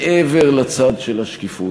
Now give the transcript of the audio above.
מעבר לצד של השקיפות,